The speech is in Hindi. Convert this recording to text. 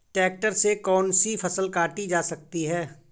ट्रैक्टर से कौन सी फसल काटी जा सकती हैं?